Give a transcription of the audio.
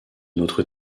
notre